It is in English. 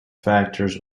factors